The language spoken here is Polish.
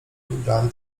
wybrałem